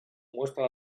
muestra